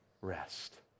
Rest